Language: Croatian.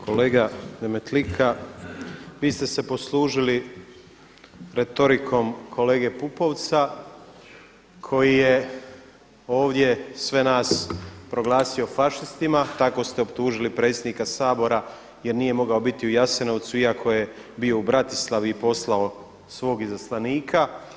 Kolega Demetlika, vi ste se poslužili retorikom kolege Pupovca koji je ovdje sve nas proglasio fašistima, tako ste optužili predsjednika Sabora jer nije mogao biti u Jasenovcu iako je bio u Bratislavi i poslao svog izaslanika.